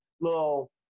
little